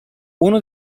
uno